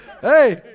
hey